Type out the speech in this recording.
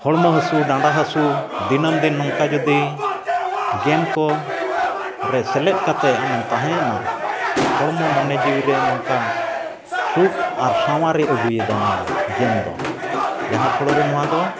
ᱦᱚᱲᱢᱚ ᱦᱟᱹᱥᱩ ᱰᱟᱸᱰᱟ ᱦᱟᱹᱥᱩ ᱫᱤᱱᱟᱹᱢ ᱫᱤᱱ ᱱᱚᱝᱠᱟ ᱡᱩᱫᱤ ᱜᱮᱢ ᱠᱚᱨᱮ ᱥᱮᱞᱮᱫ ᱠᱟᱛᱮᱫ ᱟᱢᱮᱢ ᱛᱟᱦᱮᱭᱮᱱᱟ ᱦᱚᱲᱢᱚ ᱢᱚᱱᱮ ᱡᱤᱣᱤᱨᱮ ᱱᱚᱝᱠᱟ ᱥᱩᱠ ᱟᱨ ᱥᱟᱶᱟᱨᱮ ᱟᱹᱜᱩᱭᱮᱫᱟ ᱱᱚᱣᱟ ᱜᱮᱢ ᱫᱚ ᱡᱟᱦᱟᱸ ᱯᱳᱲᱳ ᱨᱮ ᱱᱚᱣᱟ ᱫᱚ